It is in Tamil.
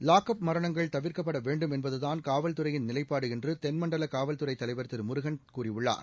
லாக் அப் மரணங்கள் தவிர்க்கப்பட வேண்டும் என்பதுதான் காவல்துறையின் நிலைப்பாடு என்று தென்மண்டல காவல்துறை தலைவர் திரு முருகன் கூறியுள்ளார்